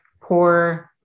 poor